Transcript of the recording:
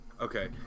Okay